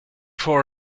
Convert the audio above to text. for